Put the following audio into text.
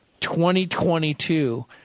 2022